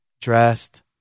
dressed